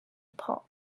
pot